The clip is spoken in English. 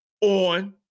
on